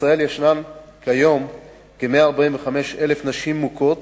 בישראל יש כיום כ-145,000 נשים מוכות,